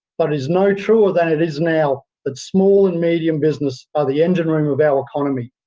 but is no truer than it is now, that small and medium business are the engine room of our economy.